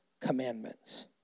commandments